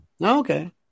Okay